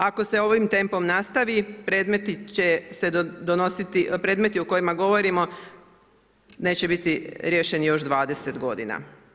Ako se ovim tempom nastavi predmeti će se donositi, predmeti o kojima govorimo neće biti riješeni još 20 godina.